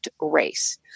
race